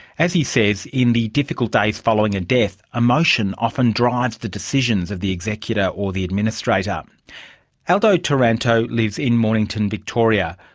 as he says, in the difficult days following a death, emotion often drives the decisions of the executor or administrator um aldo taranto lives in mornington, victoria.